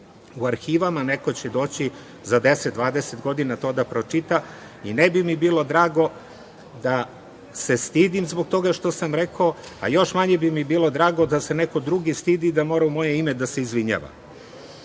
u arhivama, neko će doći za 10-20 godina to da pročita i ne bi mi bilo drago da se stidim zbog toga što sam rekao, a još manje bi mi bilo drago da se neko drugi stidi da mora u moje ime da se izvinjava. Jedno